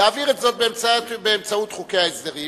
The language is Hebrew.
להעביר את זאת באמצעות חוקי ההסדרים.